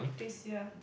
this year